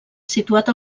situat